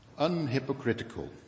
Unhypocritical